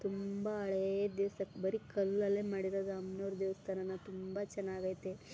ತುಂಬ ಹಳೇ ದೇವ್ಸಕ್ಕೆ ಬರಿ ಕಲ್ಲಲ್ಲೆ ಮಾಡಿರೋದು ಅಮ್ನೋರ ದೇವಸ್ಥಾನನ ತುಂಬ ಚನಾಗಿದೆ